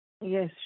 Yes